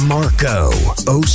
Marco